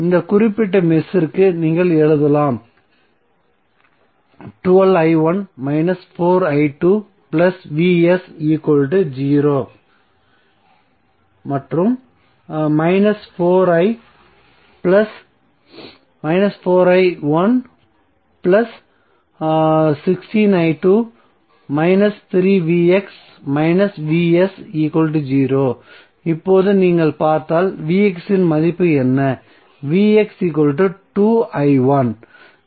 இந்த குறிப்பிட்ட மெஷ்க்கு நீங்கள் எழுதலாம் இப்போது நீங்கள் பார்த்தால் இன் மதிப்பு என்ன